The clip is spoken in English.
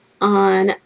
on